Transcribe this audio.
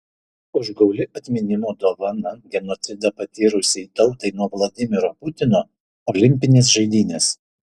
užgauli atminimo dovana genocidą patyrusiai tautai nuo vladimiro putino olimpinės žaidynės